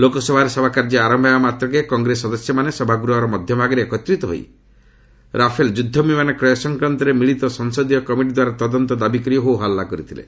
ଲୋକସଭାରେ ସଭାକାର୍ଯ୍ୟ ଆରମ୍ଭ ହେବା ମାତ୍ରକେ କଂଗ୍ରେସ ସଦସ୍ୟମାନେ ସଭାଗୃହର ମଧ୍ୟଭାଗରେ ଏକତ୍ରିତ ହୋଇ ରାଫେଲ ଯୁଦ୍ଧବିମାନ କ୍ରୟ ସଂକ୍ରାନ୍ତରେ ମିଳିତ ସଂସଦୀୟ କମିଟି ଦ୍ୱାରା ତଦନ୍ତ ଦାବିକରି ହୋ ହଲ୍ଲା କରିଲେ